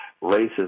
races